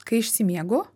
kai išsimiegu